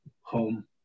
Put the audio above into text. home